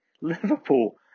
Liverpool